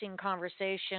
conversation